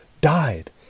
died